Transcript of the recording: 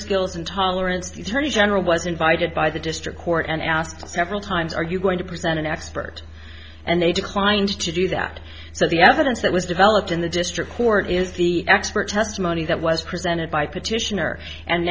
skills and tolerance he turned general was invited by the district court and asked several times are you going to present an expert and they declined to do that so the evidence that was developed in the district court is the expert testimony that was presented by petitioner and